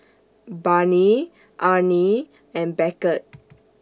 Barney Arne and Beckett